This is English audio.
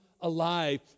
alive